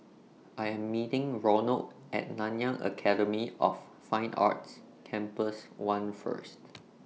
I Am meeting Ronald At Nanyang Academy of Fine Arts Campus one First